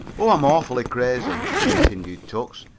oh, i'm awfully crazy, continued tucks,